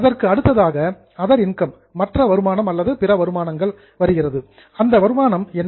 அதற்கு அடுத்ததாக other income மற்ற வருமானம் வருகிறது அந்த வருமானம் என்ன